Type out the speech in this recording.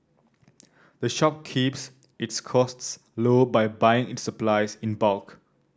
the shop keeps its costs low by buying its supplies in bulk